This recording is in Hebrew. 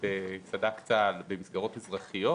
בחיילי צה"ל במסגרות אזרחיות